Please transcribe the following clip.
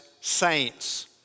saints